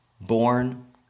Born